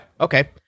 okay